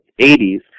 80s